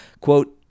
Quote